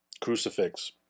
crucifix